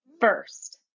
First